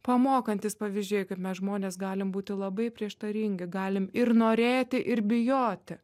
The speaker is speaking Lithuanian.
pamokantys pavyzdžiai kaip mes žmonės galim būti labai prieštaringi galim ir norėti ir bijoti